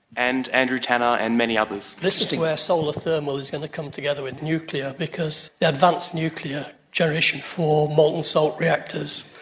and andrew tanner and many others. this is where solar thermal is going to come together with nuclear because advanced nuclear generation iv molten salt reactors,